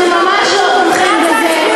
אנחנו ממש לא תומכים בזה.